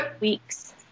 weeks